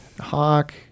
Hawk